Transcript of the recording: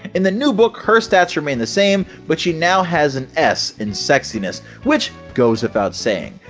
in the new book, her stats remain the same but she now has an s in sexiness, which goes without saying.